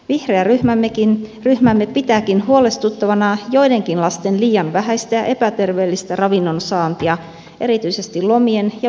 vihreä ryhmämme pitääkin huolestuttavana joidenkin lasten liian vähäistä ja epäterveellistä ravinnon saantia erityisesti lomien ja viikonloppujen aikana